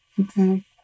Okay